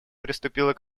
приступила